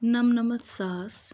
نَمنَمَتھ ساس